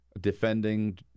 defending